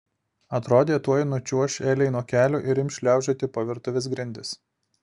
atrodė tuoj nučiuoš elei nuo kelių ir ims šliaužioti po virtuvės grindis